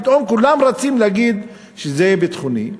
פתאום כולם רצים להגיד שזה ביטחוני.